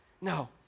No